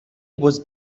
was